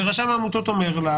ורשם העמותות אומר לה